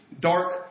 dark